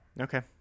Okay